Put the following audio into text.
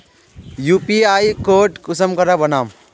UPI code कुंसम करे बनाम?